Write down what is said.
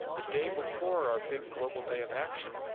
the day before our big global day of action,